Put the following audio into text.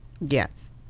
Yes